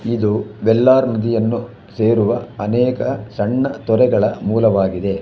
ಇದು ವೆಲ್ಲಾರ್ ನದಿಯನ್ನು ಸೇರುವ ಅನೇಕ ಸಣ್ಣ ತೊರೆಗಳ ಮೂಲವಾಗಿದೆ